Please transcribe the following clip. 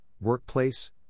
workplace